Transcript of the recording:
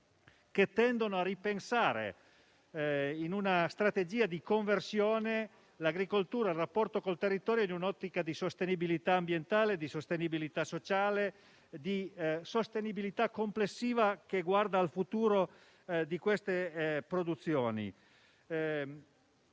che tendono a ripensare in una strategia di conversione l'agricoltura e il rapporto con il territorio in un'ottica di sostenibilità ambientale e sociale, di sostenibilità complessiva che guarda al futuro di queste produzioni.